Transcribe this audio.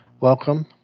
welcome